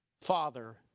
father